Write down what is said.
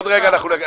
עוד רגע אנחנו נגיע.